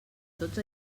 tots